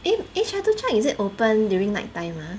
eh eh chatuchak is it open during night time ah